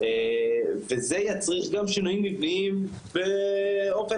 וזה יצריך גם שינויים מבניים באופן